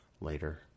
later